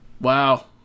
Wow